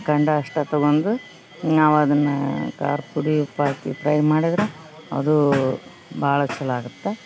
ಕಂಡ ಅಷ್ಟ ತಗೊಂಡು ನಾವದನ್ನ ಖಾರ್ದ್ ಪುಡಿ ಉಪ್ಪ್ ಹಾಕಿ ಪ್ರೈ ಮಾಡಿದ್ರ ಅದು ಭಾಳ ಚಲೋ ಆಗುತ್ತೆ